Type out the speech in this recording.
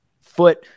foot